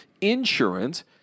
insurance